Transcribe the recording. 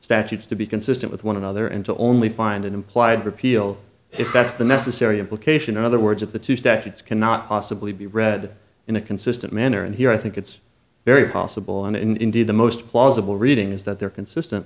statutes to be consistent with one another and to only find an implied repeal if that's the necessary implication in other words of the two statutes cannot possibly be read in a consistent manner and here i think it's very possible and indeed the most plausible reading is that they're consistent